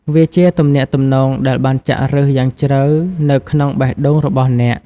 វាជាទំនាក់ទំនងដែលបានចាក់ឫសយ៉ាងជ្រៅនៅក្នុងបេះដូងរបស់អ្នក។